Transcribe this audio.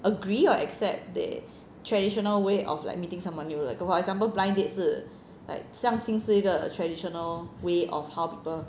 agree or accept the traditional way of like meeting someone new like for example blind date 是相亲是一个 traditional way of how people